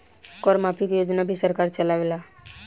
कर माफ़ी के योजना भी सरकार चलावेला